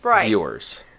viewers